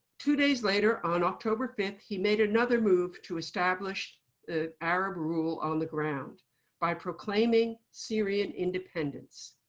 two days later, on october fifth, he made another move to establish ah arab rule on the ground by proclaiming syrian independence.